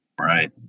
Right